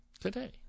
today